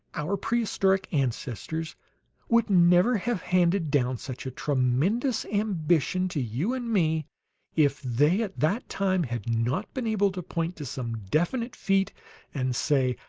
our prehistoric ancestors would never have handed down such a tremendous ambition to you and me if they, at that time, had not been able to point to some definite feat and say,